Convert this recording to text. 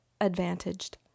advantaged